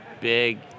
big